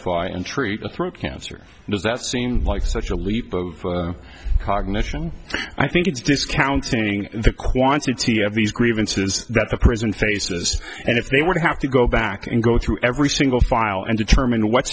fly and treat a throat cancer does that seem like such a leap of cognition i think it's discounting the quantity of these grievances that the prison faces and if they would have to go back and go through every single file and determine what